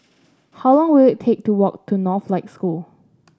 how long will it take to walk to Northlight School